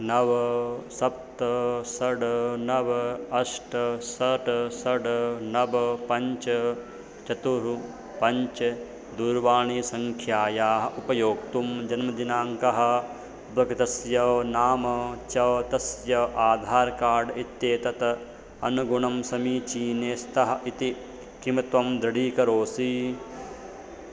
नव सप्त षट् नव अष्ट षट् षट् नव पञ्च चतुः पञ्च दूरवाणीसङ्ख्यायाः उपयोक्तुः जन्मदिनाङ्कः उपकृतस्य नाम च तस्य आधार् कार्ड् इत्येतत् अनुगुणं समीचीने स्तः इति किम् त्वं दृढीकरोषि